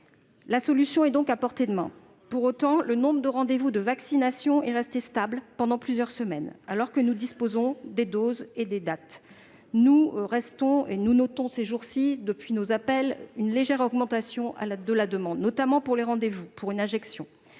La solution est à portée de main. Pour autant, le nombre de rendez-vous de vaccination est resté stable pendant plusieurs semaines, alors que nous disposons des doses et des dates. Nous notons ces derniers jours, à la suite de nos appels, une légère augmentation de la demande de rendez-vous pour une injection.